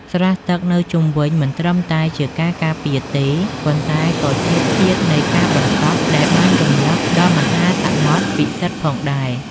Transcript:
ស្រះទឹកនៅជុំវិញមិនត្រឹមតែជាការការពារទេ ប៉ុន្តែក៏ជាធាតុនៃការបន្សុទ្ធដែលបានរំឭកដល់មហាសមុទ្រពិសិដ្ឋផងដែរ។